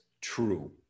true